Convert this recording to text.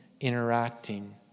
interacting